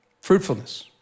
Fruitfulness